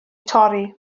torri